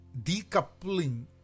decoupling